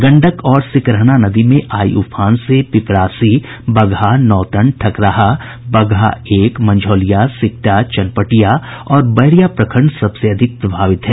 गंडक और सिकरहना नदी में आई उफान से पिपरासी बगहा नौतन ठकराहा बगहा एक मंझौलिया सिकटा चनपटिया और बैरिया प्रखंड सबसे अधिक प्रभावित हैं